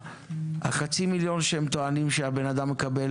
חצי המיליון שהם טוענים שהבן אדם מקבל,